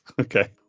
Okay